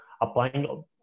applying